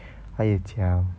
他有讲